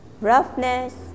roughness